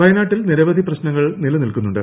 വയനാട്ടിൽ നിരവധി പ്രശ്നങ്ങൾ നിലനിൽക്കുന്നുണ്ട്